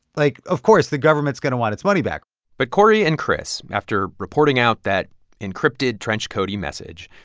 like, of course, the government's going to want its money back but cory and chris, after reporting out that encrypted trenchcoaty message,